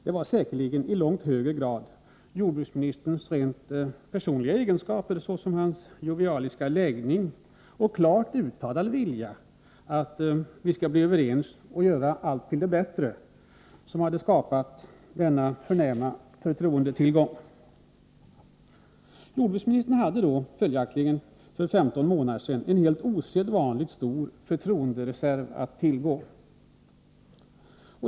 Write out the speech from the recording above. Det var säkerligen i långt högre grad jordbruksministerns rent personliga egenskaper, såsom hans jovialiska läggning och klart uttalade vilja att bli överens och göra allt bättre, som hade skapat denna förnäma förtroendetillgång. Jordbruksministern hade följaktligen för 15 månader sedan en helt osedvanligt stor förtroendereserv att tillgå.